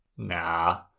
Nah